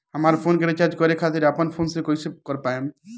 हमार फोन के रीचार्ज करे खातिर अपने फोन से कैसे कर पाएम?